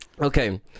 Okay